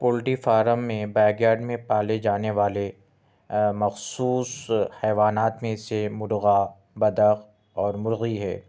poultry farm میں backyard میں پالے جانے والے مخصوص حیوانات میں سے مرغہ بطخ اور مرغی ہے